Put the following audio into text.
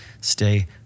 stay